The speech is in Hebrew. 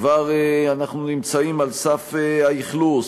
אנחנו כבר נמצאים על סף האכלוס,